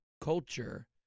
culture